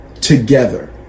together